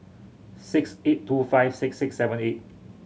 six eight two five six six seven eight